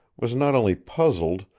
was not only puzzled,